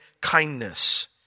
kindness